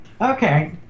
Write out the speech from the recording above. Okay